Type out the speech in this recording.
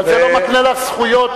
אבל זה לא מקנה לך זכויות.